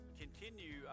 Continue